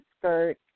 skirt